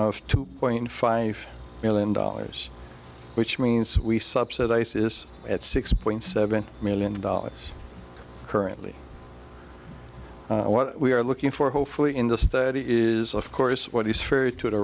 of two point five million dollars which means we subsidize is at six point seven million dollars currently what we are looking for hopefully in the study is of course what is fair to